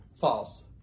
False